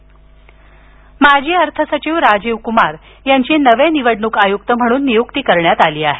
निवडणूक आयुक्त माजी अर्थ सचिव राजीव कुमार यांची नवे निवडणूक आयुक्त म्हणून नियुक्ती करण्यात आली आहे